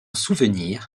souvenir